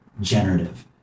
generative